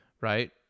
right